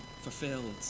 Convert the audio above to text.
fulfilled